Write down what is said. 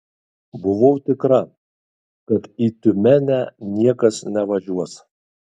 buvau tikra kad į tiumenę niekas nevažiuos